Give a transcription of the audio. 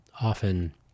Often